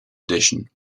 addition